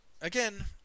again